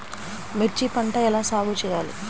మిర్చి పంట ఎలా సాగు చేయాలి?